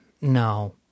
no